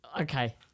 Okay